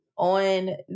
on